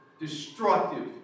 destructive